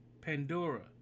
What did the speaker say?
Pandora